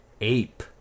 ape